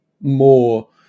more-